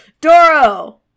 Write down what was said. Doro